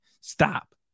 stop